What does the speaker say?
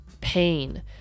pain